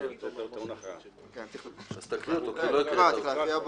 כבר קראנו